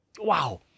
Wow